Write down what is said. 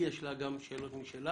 יש לה גם שאלות משלה.